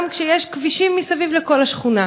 גם כשיש כבישים מסביב לכל השכונה.